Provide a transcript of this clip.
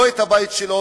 לא את הבית שלו,